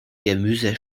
gemüse